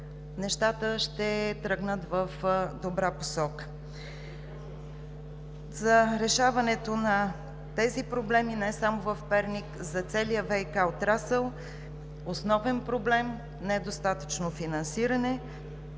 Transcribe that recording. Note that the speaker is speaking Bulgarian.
нещата ще тръгнат в добра посока. За решаването на тези проблеми – не само в Перник, а за целия ВиК отрасъл, основен проблем е недостатъчното финансиране,